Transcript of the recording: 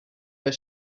der